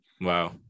Wow